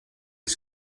les